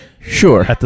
Sure